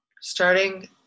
starting